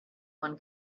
one